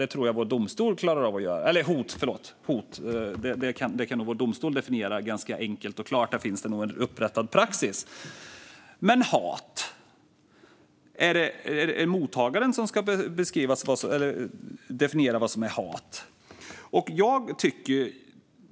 Det tror jag att vår domstol klarar av att göra ganska enkelt och klart, för där finns det nog en upprättad praxis. Men när det gäller hat - är det mottagaren som ska definiera vad som är hat?